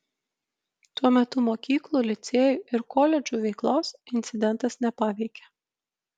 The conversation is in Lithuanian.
tuo metu mokyklų licėjų ir koledžų veiklos incidentas nepaveikė